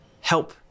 help